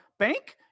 bank